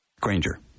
Granger